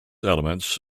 elements